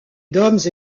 d’hommes